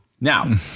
Now